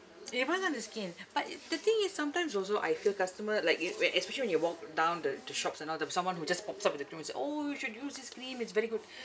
even on the skin but it the thing is sometimes also I feel customer like you when especially when you walk down the the shops and all them someone who just pops up with the cream and say orh you should use this cream it's very good